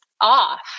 off